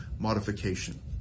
modification